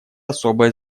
особое